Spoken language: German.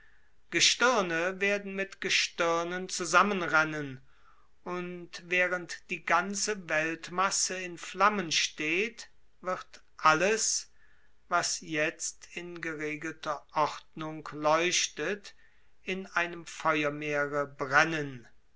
gestirne werden mit gestirnen zusammenrennen und während die ganze weltmasse in flammen steht wird alles was jetzt in geregelter ordnung leuchtet in einem feuermeere brennen